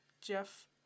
Jeff